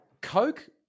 Coke